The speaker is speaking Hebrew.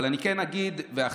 אבל אני כן אגיד ואחזור.